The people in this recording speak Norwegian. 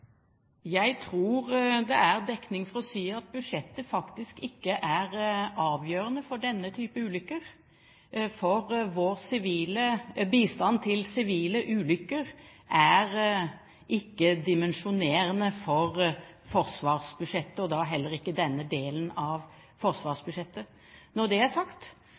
Jeg tror det er dekning for å si at budsjettet faktisk ikke er avgjørende for denne type ulykker. For vår bistand til sivile ulykker er ikke dimensjonerende for forsvarsbudsjettet, og da heller ikke for denne delen av forsvarsbudsjettet. Når det er sagt,